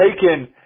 taken